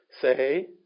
say